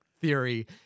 theory